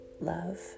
love